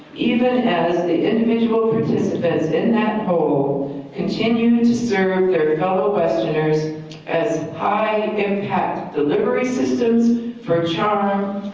even as the individual participants in that whole continue to service um their fellow westerners as a high impact delivery systems for charm,